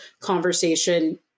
conversation